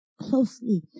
closely